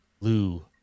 Lou